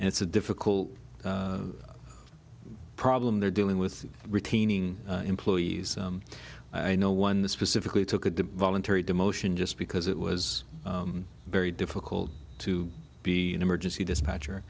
and it's a difficult problem they're dealing with retaining employees i know one specifically took at the voluntary demotion just because it was very difficult to be an emergency dispatcher